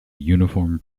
uniform